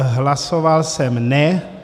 Hlasoval jsem ne.